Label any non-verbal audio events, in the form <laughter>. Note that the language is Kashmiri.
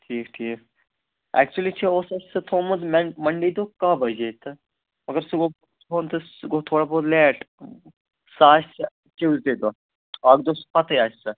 ٹھیٖک ٹھیٖک ایٚکچُؤلی چھِ اوس اَسہِ سُہ تھوٚمُت مَن مَنڈے دۄہ کاہ بَجے تتھ مگر سُہ گوٚو <unintelligible> تہٕ سُہ گوٚو تھوڑا بہت لیٹ سُہ آسہِ ٹیوٗوُزڈیٚے دۄہ اَکھ دۄہ سُہ پَتَے آسہِ سۄ